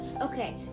Okay